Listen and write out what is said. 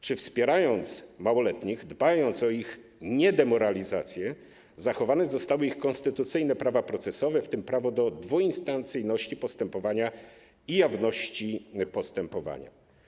Czy wspierając małoletnich, dbając o ich niedemoralizację, zachowano ich konstytucyjne prawa procesowe, w tym prawo do dwuinstancyjności postępowania i jawności postępowania?